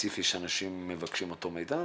שאנשים מבקשים אותו מידע?